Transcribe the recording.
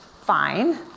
fine